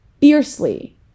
fiercely